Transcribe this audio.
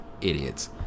idiots